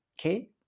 okay